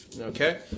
Okay